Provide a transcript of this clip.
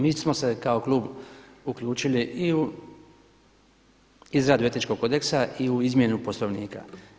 Mi smo se kao klub uključili i u izradu Etičkog kodeksa i u izmjenu Poslovnika.